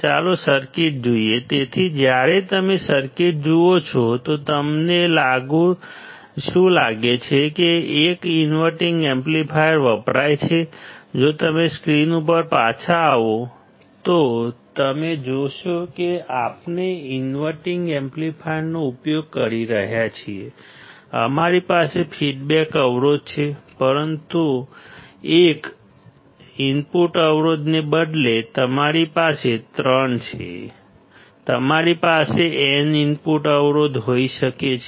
ચાલો સર્કિટ જોઈએ તેથી જ્યારે તમે સર્કિટ જુઓ છો તો તમને શું લાગે છે કે એક ઇન્વર્ટીંગ એમ્પ્લીફાયર વપરાય છે જો તમે સ્ક્રીન ઉપર પાછા આવો તો તમે જોશો કે આપણે ઇન્વર્ટીંગ એમ્પ્લીફાયરનો ઉપયોગ કરી રહ્યા છીએ અમારી પાસે ફીડબેક અવરોધ છે પરંતુ એક ઇનપુટ અવરોધને બદલે તમારી પાસે ત્રણ છે તમારી પાસે n ઇનપુટ અવરોધ હોઈ શકે છે